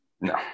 No